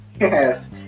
Yes